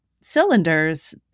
cylinders